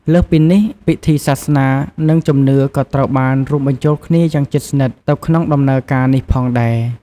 លើសពីនេះ ពិធីសាសនា និងជំនឿក៏ត្រូវបានរួមបញ្ចូលគ្នាយ៉ាងជិតស្និទ្ធទៅក្នុងដំណើរការនេះផងដែរ។